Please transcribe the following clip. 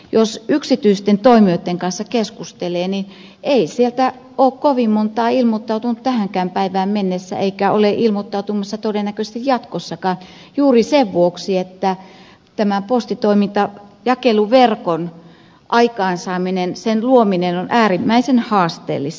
jos yksityisten toimijoitten kanssa keskustelee niin ei sieltä ole kovin montaa ilmoittautunut tähänkään päivään mennessä eikä ole ilmoittautumassa todennäköisesti jatkossakaan juuri sen vuoksi että tämän postitoimintajakeluverkon aikaansaaminen sen luominen on äärimmäisen haasteellista